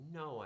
no